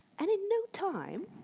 and in no time,